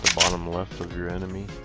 more for your and i mean